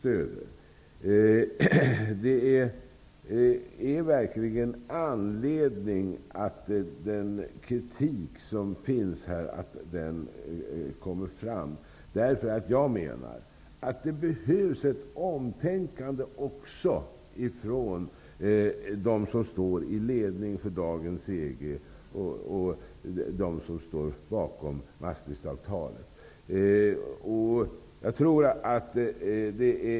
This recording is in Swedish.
Det är verkligen angeläget att den kritik som finns kommer fram. Jag menar att det behövs ett omtänkande från dem som står i ledningen för dagens EG och som står bakom Maastrichtavtalet.